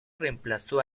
reemplazó